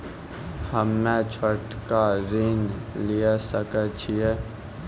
हम्मे छोटा ऋण लिये सकय छियै?